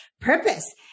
purpose